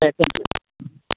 Day thank U